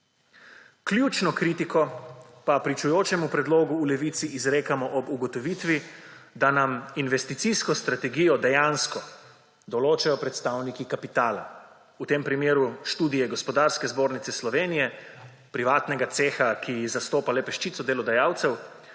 Ključno kritiko pa pričujočemu predlogu v Levici izrekamo ob ugotovitvi, da nam investicijsko strategijo dejansko določajo predstavniki kapitala, v tem primeru študije Gospodarske zbornice Slovenije, privatnega ceha, ki zastopa le peščico delodajalcev,